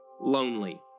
lonely